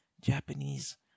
japanese